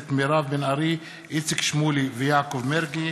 מירב בן ארי, איציק שמולי ויעקב מרגי